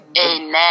Amen